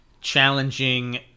challenging